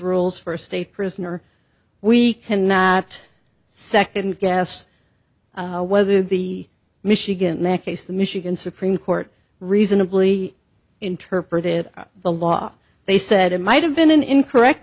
rules for a state prisoner we cannot second guess whether the michigan nec ace the michigan supreme court reasonably interpreted the law they said it might have been an incorrect